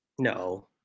No